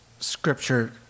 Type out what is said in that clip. scripture